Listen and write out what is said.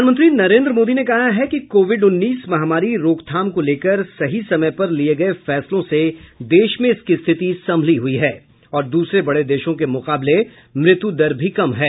प्रधानमंत्री नरेन्द्र मोदी ने कहा है कि कोविड उन्नीस महामारी रोकथाम को लेकर सही समय पर लिये गये फैसलों से देश में इसकी स्थिति संभली हुई है और दूसरे बड़े देशों के मुकाबले मृत्यु दर भी कम है